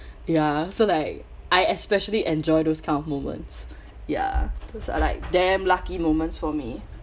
ya so like I especially enjoy those kind of moments ya those are like damn lucky moments for me